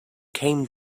came